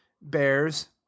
bears